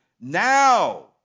now